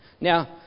Now